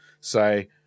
say